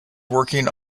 working